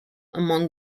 among